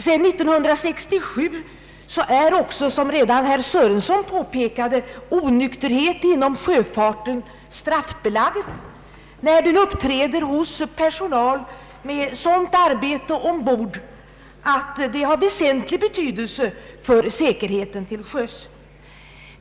Sedan 1967 är också, som herr Sörenson påpekade, onykterhet inom sjöfarten straffbelagd då det gäller personal med sådant arbete ombord att det har väsentlig betydelse för säkerheten till sjöss.